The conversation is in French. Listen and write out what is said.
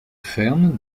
ferme